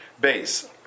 Base